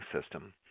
System